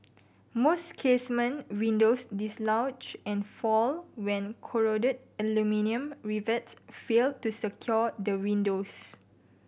most casement windows dislodge and fall when corroded aluminium rivets fail to secure the windows